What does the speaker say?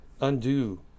undo